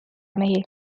mehi